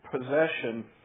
possession